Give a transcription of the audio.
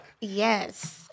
Yes